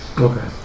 Okay